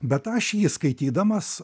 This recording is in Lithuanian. bet aš jį skaitydamas